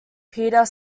peter